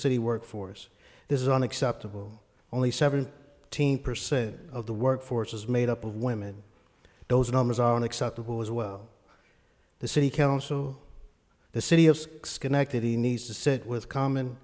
city workforce this is unacceptable only seven eighteen percent of the workforce is made up of women those numbers are unacceptable as well the city council the city of schenectady needs to sit with common